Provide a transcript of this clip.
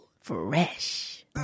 Fresh